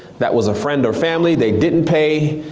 that was a friend or family. they didn't pay,